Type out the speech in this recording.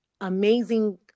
amazing